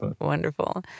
Wonderful